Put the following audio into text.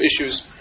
issues